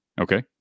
Okay